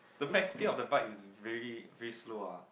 the max speed of the bike is very very slow really